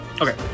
Okay